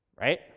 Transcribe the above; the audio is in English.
Right